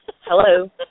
hello